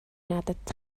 надад